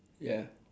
ya